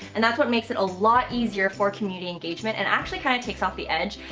and that's what makes it a lot easier for community engagement, and actually kind of takes off the edge,